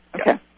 Okay